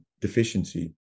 deficiency